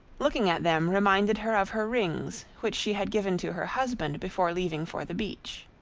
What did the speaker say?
looking at them reminded her of her rings, which she had given to her husband before leaving for the beach.